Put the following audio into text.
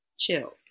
Chill